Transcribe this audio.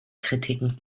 kritiken